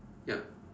yup